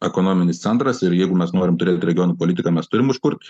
ekonominis centras ir jeigu mes norim turėt regionų politiką mes turim užkurt